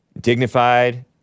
dignified